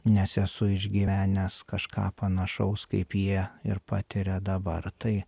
nes esu išgyvenęs kažką panašaus kaip jie ir patiria dabar tai